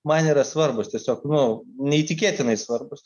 man yra svarbūs tiesiog nu neįtikėtinai svarbūs